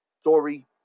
story